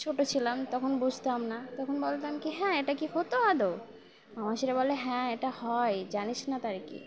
ছোটো ছিলাম তখন বুঝতাম না তখন বলতাম কি হ্যাঁ এটা কি হতো আদৌ মা মাসিরা বলে হ্যাঁ এটা হয় জানিস না তার আর কি